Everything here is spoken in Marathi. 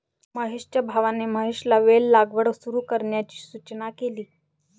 महेशच्या भावाने महेशला वेल लागवड सुरू करण्याची सूचना केली